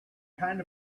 kind